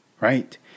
right